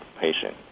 patient